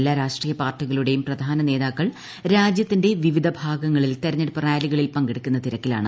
എല്ലാ രാഷ്ട്രീയ പാർട്ടികളുടെയും പ്രധാന നേതാക്കൾ രാജ്യത്തിന്റെ വിവിധ ഭാഗങ്ങളിൽ തെരഞ്ഞെടുപ്പ് റാലികളിൽ പങ്കെടുക്കുന്ന തിരക്കിലാണ്